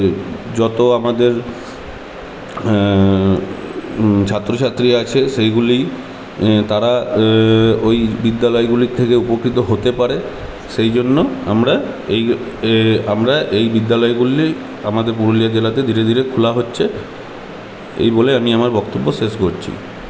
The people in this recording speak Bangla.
যত আমাদের ছাত্রছাত্রী আছে সেইগুলি তারা ওই বিদ্যালয়গুলির থেকে উপকৃত হতে পারে সেই জন্য আমরা এই আমরা এই বিদ্যালয়গুলি আমাদের পুরুলিয়া জেলাতে ধীরে ধীরে খোলা হচ্ছে এই বলে আমি আমার বক্তব্য শেষ করছি